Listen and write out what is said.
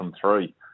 three